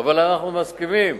אבל אנחנו מסכימים